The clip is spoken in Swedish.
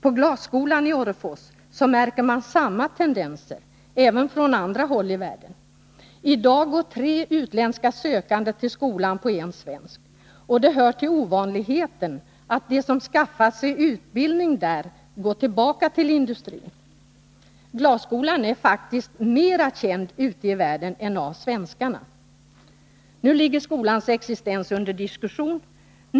På glasskolan i Orrefors märker man samma tendenser även från andra håll i världen. I dag går det tre utländska sökande till skolan på en svensk. Och det hör till ovanligheten att de som skaffat sig utbildning där går tillbaka tillindustrin. Glasskolan är faktiskt mera känd ute i världen än i Sverige. Nu ligger skolans existens under diskussion.